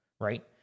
Right